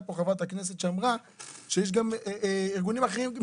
פה חברת הכנסת שאמרה שיש גם ארגונים אחרים.